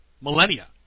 millennia